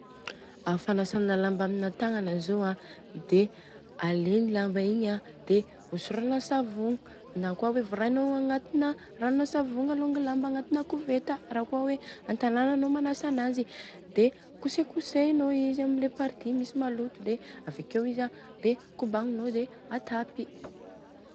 A fanasana lamba amina tagnana zô an dia alena i lamba igny a dia hosorana savogna nakôa hoe vorahinô agnatina ranona savogna